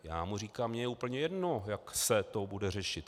Já mu říkám: Mně je úplně jedno, jak se to bude řešit.